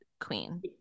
queen